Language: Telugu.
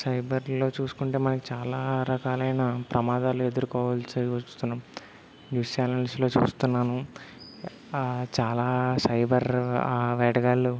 సైబర్లో చూసుకుంటే మనకి చాలా రకాలైన ప్రమాదాలు ఎదుర్కోవాల్సి వస్తున్నాం న్యూస్ ఛానల్స్లో చూస్తున్నాను చాలా సైబర్ వెడగాలులు